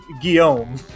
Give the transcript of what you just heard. Guillaume